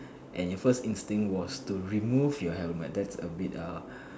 and your first instinct was to remove your helmet that's a bit uh